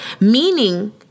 Meaning